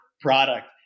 product